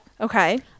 Okay